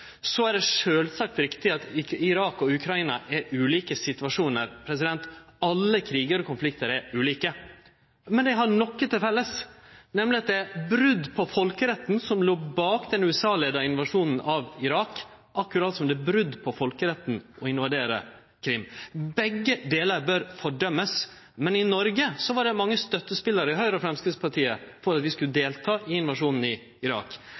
Så er det sjølvsagt riktig at Irak og Ukraina er ulike situasjonar. Alle krigar og konfliktar er ulike. Men dei har noko til felles, nemleg at det var brot på folkeretten som låg bak den USA-leia invasjonen av Irak, akkurat som det er brot på folkeretten å invadere Krim. Begge delar bør fordømmast. Men i Noreg var det mange støttespelarar i Høgre og Framstegspartiet for at vi skulle delta i invasjonen i Irak.